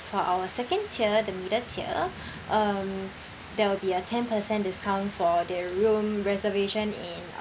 for our second tier the middle tier um there will be a ten percent discount for the room reservation in uh